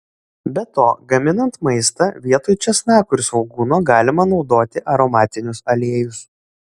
be to gaminant maistą vietoj česnako ir svogūno galima naudoti aromatinius aliejus